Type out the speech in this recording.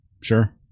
sure